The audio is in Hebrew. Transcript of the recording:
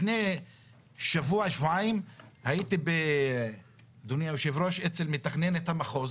לפני שבוע-שבועיים הייתי אצל מתכננת המחוז